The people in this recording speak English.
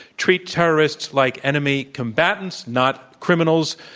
treat terrorists like enemy combatants, not criminals.